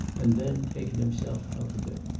and then taken himself out of it.